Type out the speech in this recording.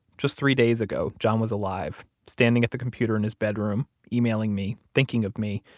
just three days ago, john was alive, standing at the computer in his bedroom, emailing me, thinking of me,